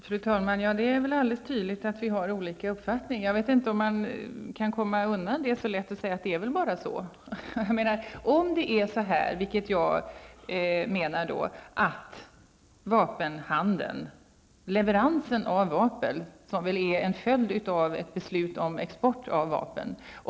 Fru talman! Det är alldeles tydligt att vi har olika uppfattning. Jag vet inte om man kan komma undan det så lätt och säga att det bara är så. Vapenhandeln och leveransen av vapen är väl en följd av ett beslut om export av vapen.